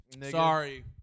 Sorry